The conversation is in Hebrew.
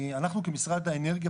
אנחנו כמשרד האנרגיה,